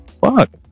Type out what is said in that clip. fuck